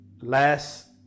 Last